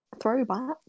Throwback